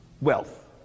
wealth